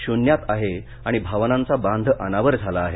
शून्यात आहे आणि भावनांचा बांध अनावर झाला आहे